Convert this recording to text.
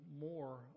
more